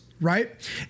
right